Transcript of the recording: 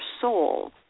soul